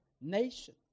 nation